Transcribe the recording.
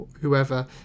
whoever